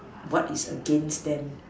what is against them